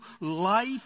life